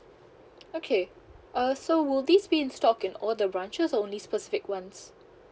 okay uh so will this be in stock in all the branches or only specific ones